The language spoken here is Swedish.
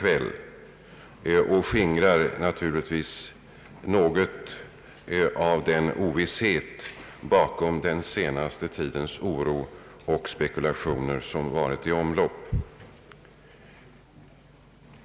Därmed skingras något av den ovisshet som legat bakom den senaste tidens oro och spekulationer.